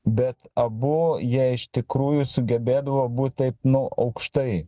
bet abu jie iš tikrųjų sugebėdavo būt taip nu aukštai